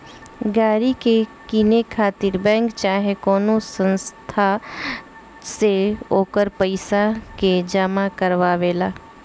गाड़ी के किने खातिर बैंक चाहे कवनो संस्था से ओकर पइसा के जामा करवावे ला